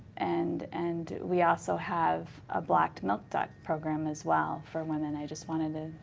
and and we also have a blocked milk duct program as well for women, i just wanted to,